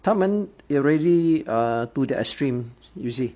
他们 already err to the extreme you see